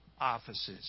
offices